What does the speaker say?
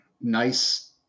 nice